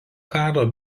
karo